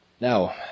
Now